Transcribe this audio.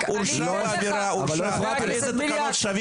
הורשע --- שניה,